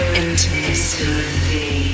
intimacy